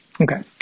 Okay